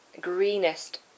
greenest